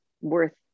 worth